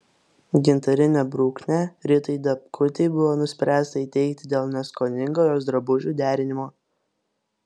gintarinę bruknę ritai dapkutei buvo nuspręsta įteikti dėl neskoningo jos drabužių derinimo